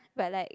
but like